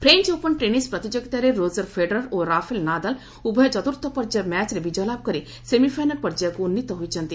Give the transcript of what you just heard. French Open French Open tennis ପ୍ରତିଯୋଗିତାରେ Roger Federer ଓ Rafael Nadal ଉଭୟ ଚତୁର୍ଥ ପର୍ଯ୍ୟାୟ ମ୍ୟାଚ୍ରେ ବିକୟଲାଭ କରି ସେମିଫାଇନାଲ୍ ପର୍ଯ୍ୟାୟକୁ ଉନ୍ନୀତ ହୋଇଛନ୍ତି